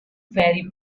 ferry